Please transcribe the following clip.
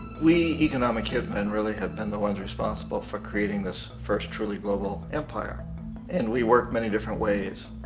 we, economic hit men, really have been the ones responsible for creating this first truly global empire and we work many different ways.